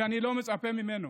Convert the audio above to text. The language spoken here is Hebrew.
אני לא מצפה ממנו